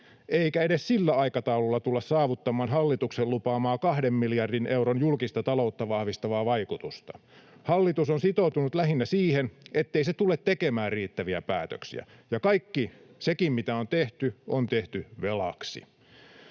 eikä edes sillä aikataululla tulla saavuttamaan hallituksen lupaamaa 2 miljardin euron julkista taloutta vahvistavaa vaikutusta. Hallitus on sitoutunut lähinnä siihen, ettei se tule tekemään riittäviä päätöksiä. Sekin kaikki, mitä on tehty, on tehty velaksi.